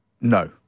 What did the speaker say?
No